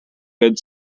good